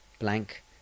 Blank